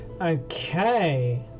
Okay